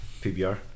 PBR